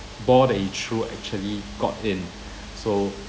ball that he threw actually got in so